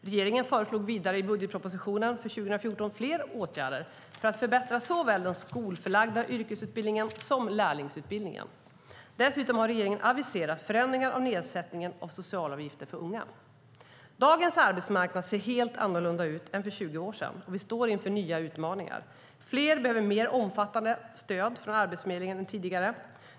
Regeringen föreslog vidare i budgetpropositionen för 2014 flera åtgärder för att förbättra såväl den skolförlagda yrkesutbildningen som lärlingsutbildningen. Dessutom har regeringen aviserat förändringar av nedsättningen av socialavgifter för unga. Dagens arbetsmarknad ser helt annorlunda ut jämfört med hur det var för 20 år sedan, och vi står inför nya utmaningar. Fler behöver mer omfattande stöd från Arbetsförmedlingen än tidigare.